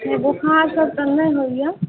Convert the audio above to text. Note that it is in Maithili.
नहि बोखारसब तऽ नहि होइए